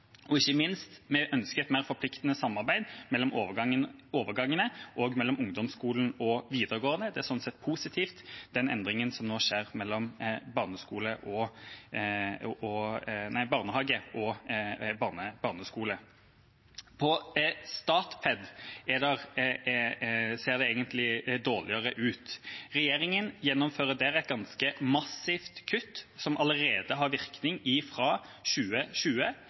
Ikke minst ønsker vi et mer forpliktende samarbeid mellom overgangene, også mellom ungdomsskolen og videregående. Den er sånn sett positiv, den endringen som nå skjer mellom barnehage og barneskole. For Statped ser det egentlig dårligere ut. Regjeringa gjennomfører der et ganske massivt kutt som allerede har virkning fra 2020,